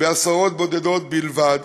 בעשרות בודדות בלבד,